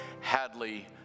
Hadley